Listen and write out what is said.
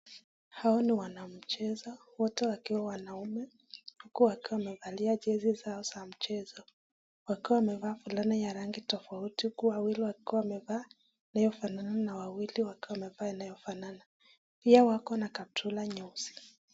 Hawa ni wanamchezo wote wakiwa wanaume huku wakiwa wamevalia jezi zao za mchezo wakiwa wamevaa fulani ya rangi tofauti kuwa wawili wakiwa wamevaa inayofanana na wawili wakiwa wamevaa inayofanana pia wako na kaptura nyeusi.